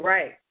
Right